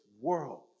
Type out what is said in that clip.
world